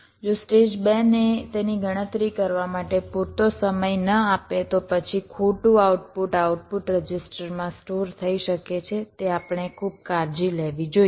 જો સ્ટેજ 2 ને તેની ગણતરી માટે પૂરતો સમય ન આપે તો પછી ખોટું આઉટપુટ આઉટપુટ રજિસ્ટરમાં સ્ટોર થઈ શકે છે તે આપણે ખૂબ કાળજી લેવી જોઈએ